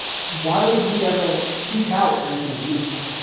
why would we ever seek out anything beautiful?